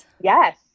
Yes